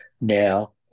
now